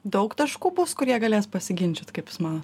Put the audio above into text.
daug taškų bus kur jie galės pasiginčyt kaip jūs manot